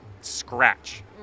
scratch